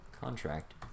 contract